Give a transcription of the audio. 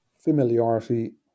familiarity